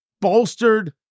bolstered